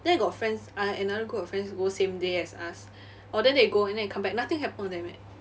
then got friends I another group of friends go same day as us oh then they go and come back nothing happened to them eh